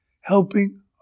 helping